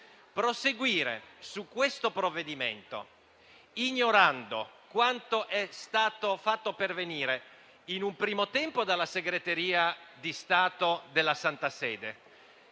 proseguire su questo provvedimento ignorando quanto è stato fatto pervenire in un primo tempo dalla Segreteria di Stato della Santa Sede